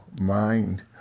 mind